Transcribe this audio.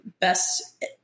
best